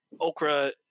okra